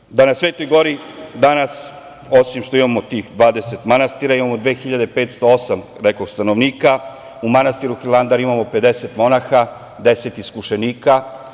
Da li znate da na Svetoj Gori danas, osim što imamo tih 20 manastira, imamo 2.508, rekoh, stanovnika, u manastiru Hilandar imamo 50 monaha, 10 iskušenika?